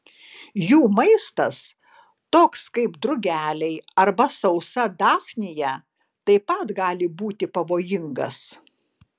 jų maistas toks kaip drugeliai arba sausa dafnija taip pat gali būti pavojingas